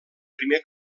primer